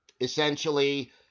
Essentially